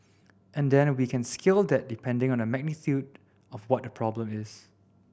and then we can scale that depending on the magnitude of what the problem is